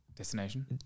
destination